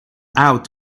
out